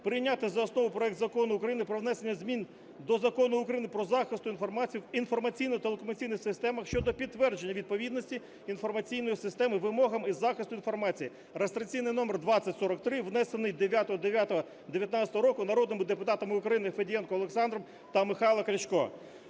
прийняти за основу проект Закону про внесення змін до Закону України "Про захист інформації в інформаційно-телекомунікаційних системах" (щодо підтвердження відповідності інформаційної системи вимогам із захисту інформації) (реєстраційний номер 2043), внесений 9.09.19 року народними депутатами України Федієнком Олександром та Михайлом Крячком.